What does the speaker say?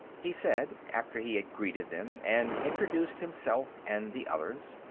he said, after he had greeted them and introduced himself and the others,